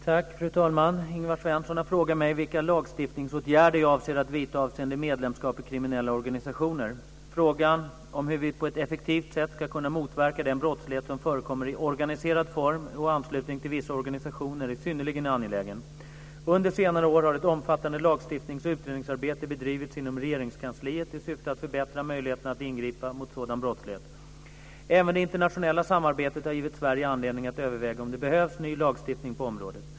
Fru talman! Ingvar Svensson har frågat mig vilka lagstiftningsåtgärder jag avser att vidta avseende medlemskap i kriminella organisationer. Frågan om hur vi på ett effektivt sätt ska kunna motverka den brottslighet som förekommer i organiserad form och i anslutning till vissa organisationer är synnerligen angelägen. Under senare år har ett omfattande lagstiftnings och utredningsarbete bedrivits inom Regeringskansliet i syfte att förbättra möjligheterna att ingripa mot sådan brottslighet. Även det internationella samarbetet har givit Sverige anledning att överväga om det behövs ny lagstiftning på området.